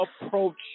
approach